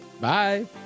Bye